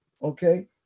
Okay